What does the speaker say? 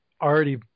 already